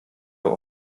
doch